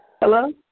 Hello